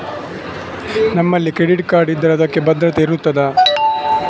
ನಮ್ಮಲ್ಲಿ credit card ಇದ್ದರೆ ಅದಕ್ಕೆ ಭದ್ರತೆ ಇರುತ್ತದಾ?